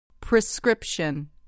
Prescription